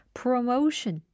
promotion